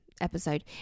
episode